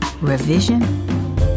Revision